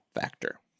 factor